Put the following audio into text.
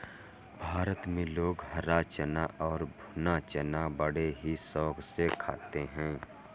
भारत में लोग हरा चना और भुना चना बड़े ही शौक से खाते हैं